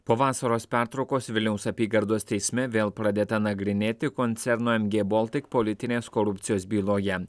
po vasaros pertraukos vilniaus apygardos teisme vėl pradėta nagrinėti koncerno mg baltic politinės korupcijos byloje